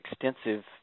extensive